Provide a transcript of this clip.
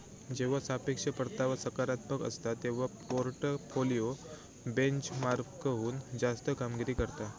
जेव्हा सापेक्ष परतावा सकारात्मक असता, तेव्हा पोर्टफोलिओ बेंचमार्कहुन जास्त कामगिरी करता